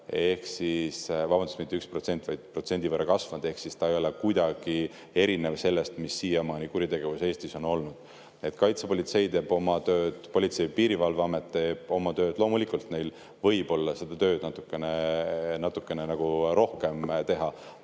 – see kuritegevus on 1% võrra kasvanud ehk siis ta ei ole kuidagi erinev sellest, mis siiamaani kuritegevus Eestis on olnud. Kaitsepolitsei teeb oma tööd, Politsei‑ ja Piirivalveamet teeb oma tööd. Loomulikult neil võib olla seda tööd natukene rohkem,